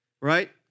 right